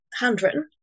handwritten